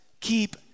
keep